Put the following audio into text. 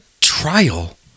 trial